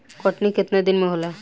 कटनी केतना दिन मे होला?